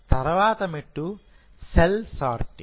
తర్వాత మెట్టు cell sorting